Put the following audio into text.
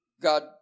God